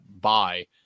buy